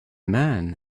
man